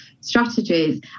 strategies